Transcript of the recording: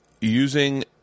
using